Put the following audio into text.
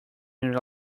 your